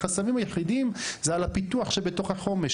החסמים היחידים זה על הפיתוח שבתוך החומש,